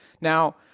Now